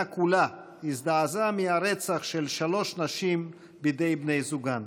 כולה הזדעזעה מהרצח של שלוש נשים בידי בני זוגן: